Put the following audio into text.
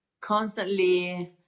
constantly